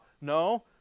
No